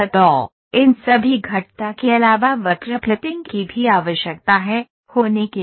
तो इन सभी घटता के अलावा वक्र फिटिंग की भी आवश्यकता है होने के लिए